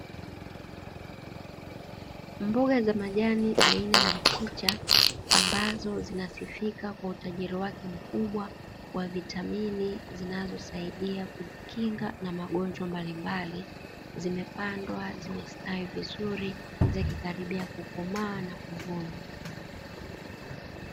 Mboga za majani aina ya mchicha ambazo zinasifika kwa utajiri wake mkubwa wa vitamini zinazosaidia kujikinga na magonjwa mbalimbali, zimepandwa zimestawi vizuri zikikaribia kukomaa na kuvunwa.